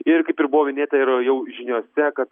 ir kaip ir buvo minėta yra jau žiniose kad